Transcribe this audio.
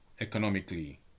economically